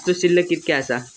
आजचो शिल्लक कीतक्या आसा?